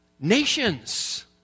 nations